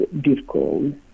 difficult